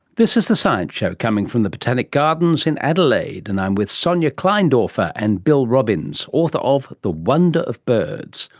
this is the science show coming from the botanic gardens in adelaide, and i'm with sonia kleindorfer and jim robbins, author of the wonder of birds.